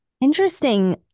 Interesting